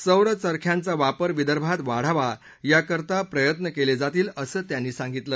सौर चरख्यांचा वापर विदर्भात वाढावा याकरता प्रयत्न केले जातील असं ते म्हणाले